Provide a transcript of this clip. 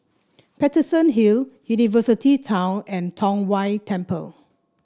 Paterson Hill University Town and Tong Whye Temple